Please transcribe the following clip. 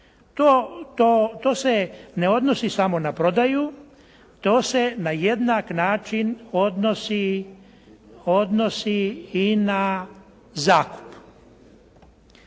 To se ne odnosi samo na prodaju, to se na jednak način odnosi i na zakup.